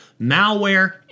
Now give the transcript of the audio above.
malware